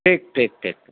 ٹھیک ٹھیک ٹھیک